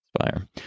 Fire